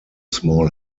small